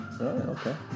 okay